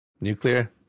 Nuclear